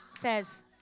says